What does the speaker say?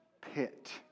pit